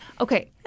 Okay